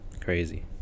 Crazy